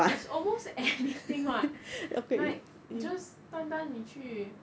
it's almost anything [what] like just 单单你去